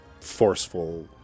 forceful